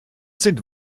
sind